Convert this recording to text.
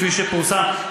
כפי שפורסם,